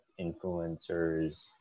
influencers